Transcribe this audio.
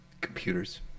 Computers